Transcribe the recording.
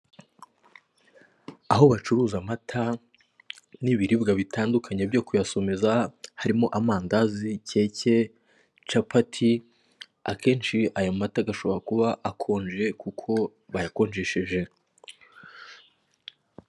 Aho bacuruza amata n'ibiribwa bitandukanye byo kuyasomeza harimo amandazi, keke, capati, akenshi ayo mata agashobora kuba akonje kuko bayakonjesheje.